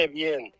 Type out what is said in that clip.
bien